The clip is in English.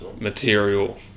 material